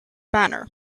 banner